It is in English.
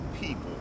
people